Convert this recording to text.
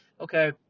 okay